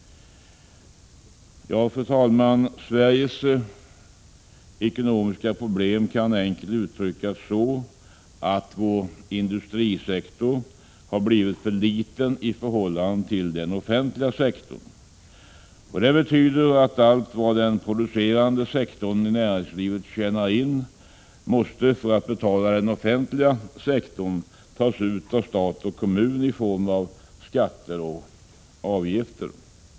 Fru talman! Sveriges ekonomiska problem kan enkelt uttryckas så att vår industrisektor har blivit för liten i förhållande till den offentliga sektorn. Detta betyder att allt vad den producerande sektorn i näringslivet tjänar in måste, för att betala den offentliga sektorn, tas ut av stat och kommun i form av skatter och avgifter.